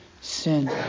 sin